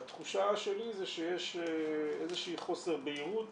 והתחושה שלי זה שיש איזשהו חוסר בהירות